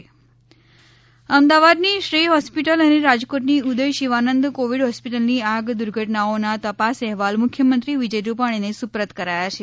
તપાસ પાંચ અહેવાલ અમદાવાદની શ્રેય હોસ્પિટલ અને રાજકોટની ઉદય શિવાનંદ કોવિડ હોસ્પિટલની આગ દુર્ઘટનાઓના તપાસ અહેવાલ મુખ્યમંત્રી વિજય રૂપાણીને સુપ્રત કરાયા છે